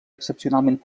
excepcionalment